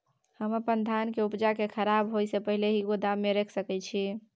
हम अपन धान के उपजा के खराब होय से पहिले ही गोदाम में रख सके छी?